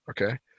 Okay